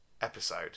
episode